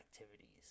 activities